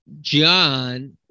John